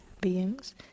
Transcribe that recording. beings